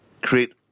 create